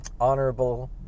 honorable